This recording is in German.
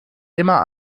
immer